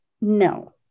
No